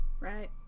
Right